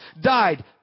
died